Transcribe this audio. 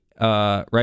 Right